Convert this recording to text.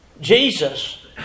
Jesus